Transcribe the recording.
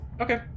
Okay